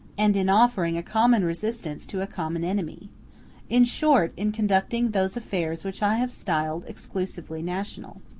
and in offering a common resistance to a common enemy in short, in conducting those affairs which i have styled exclusively national.